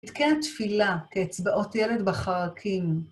אתכן תפילה כאצבעות ילד בחרקים.